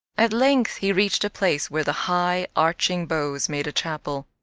at length he reached a place where the high, arching boughs made a chapel.